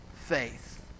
faith